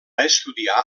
estudiar